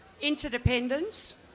interdependence